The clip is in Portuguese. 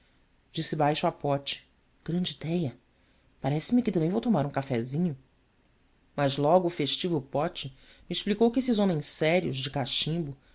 disse baixo a pote grande idéia parece-me que também vou tomar um cafezinho mas logo o festivo pote me explicou que esses homens sérios de cachimbo